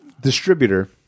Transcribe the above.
distributor